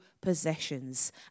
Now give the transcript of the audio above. possessions